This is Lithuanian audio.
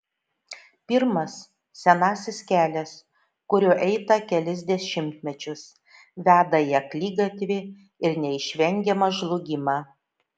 pirmas senasis kelias kuriuo eita kelis dešimtmečius veda į akligatvį ir neišvengiamą žlugimą